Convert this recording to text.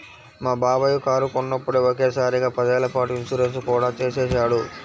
మా బాబాయి కారు కొన్నప్పుడే ఒకే సారిగా పదేళ్ళ పాటు ఇన్సూరెన్సు కూడా చేసేశాడు